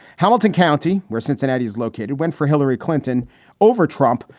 hamilton county, where cincinnati is located, went for hillary clinton over trump,